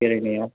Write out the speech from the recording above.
बेरायनायाव